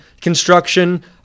construction